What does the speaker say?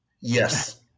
Yes